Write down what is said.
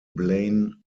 blaine